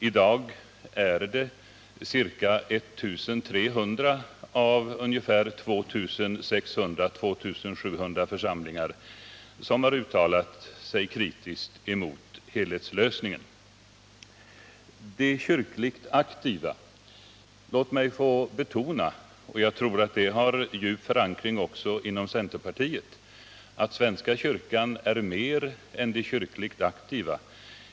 I dag är det ca I 300 av 2600-2 700 församlingar som har uttalat sig kritiskt mot helhetslösningen. Låt mig beträffande de kyrkligt aktiva få betona — och jag tror det har djup förankring också inom centerpartiet — att svenska kyrkan är mer än de kyrkligt aktiva.